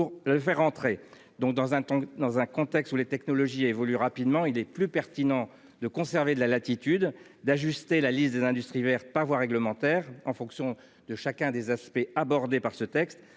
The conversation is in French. pour l'inclure. Dans un contexte où les technologies évoluent rapidement, il nous semble plus pertinent de conserver de la latitude et d'ajuster la liste des industries vertes par voie réglementaire, en fonction des différents aspects abordés par ce texte.